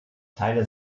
teile